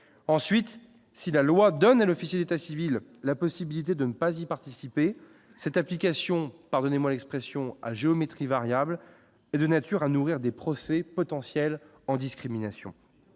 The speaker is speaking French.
ensuite si la loi donne et l'officier d'état civil la possibilité de ne pas y participer cette application, pardonnez-moi l'expression, à géométrie variable est de nature à nourrir des procès potentiels en discrimination